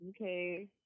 Okay